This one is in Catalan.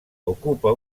ocupa